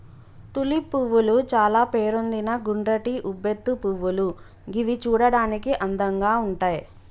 tulip పువ్వులు చాల పేరొందిన గుండ్రటి ఉబ్బెత్తు పువ్వులు గివి చూడడానికి అందంగా ఉంటయ్